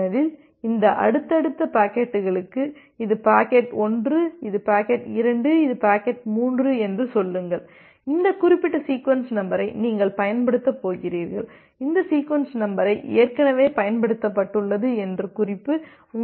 ஏனெனில் இந்த அடுத்தடுத்த பாக்கெட்டுகளுக்கு இது பாக்கெட் 1 இது பாக்கெட் 2 இது பாக்கெட் 3 என்று சொல்லுங்கள் எந்த குறிப்பிட்ட சீக்வென்ஸ் நம்பரை நீங்கள் பயன்படுத்தப் போகிறீர்கள் எந்த சீக்வென்ஸ் நம்பரை ஏற்கனவே பயன்படுத்தப்பட்டுள்ளது என்ற குறிப்பு உங்களிடம் உள்ளது